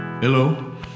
Hello